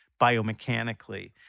biomechanically